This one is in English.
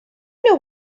know